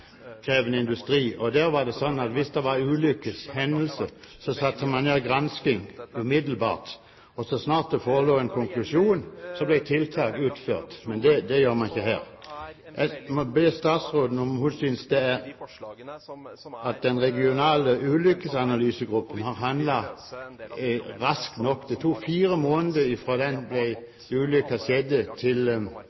og der var det slik at hvis det var en ulykkeshendelse, satte man umiddelbart i gang gransking, og så snart det forelå en konklusjon, ble tiltak utført. Men det gjør man ikke her. Jeg må spørre statsråden om hun synes den regionale ulykkesanalysegruppen har handlet raskt nok; det tok fire måneder